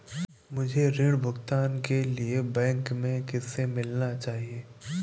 मुझे ऋण भुगतान के लिए बैंक में किससे मिलना चाहिए?